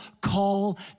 call